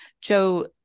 Joe